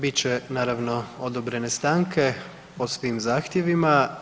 Bit ne naravno, odobrene stanke po svim zahtjevima.